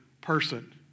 person